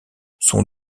sont